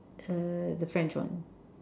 uh the French one